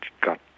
got